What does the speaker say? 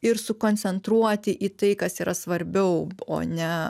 ir sukoncentruoti į tai kas yra svarbiau o ne